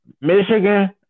Michigan